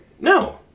No